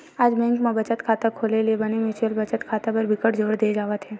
आज बेंक म बचत खाता खोले ले बने म्युचुअल बचत खाता बर बिकट जोर दे जावत हे